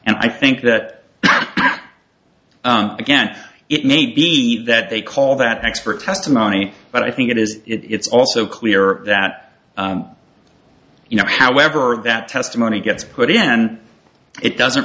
and i think that again it may be that they call that expert testimony but i think it is it's also clear that you know however that testimony gets put in and it doesn't